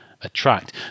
attract